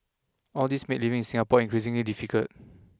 all these made living in Singapore increasingly difficult